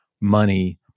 money